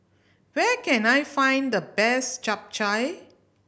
where can I find the best Chap Chai